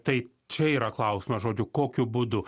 tai čia yra klausimas žodžiu kokiu būdu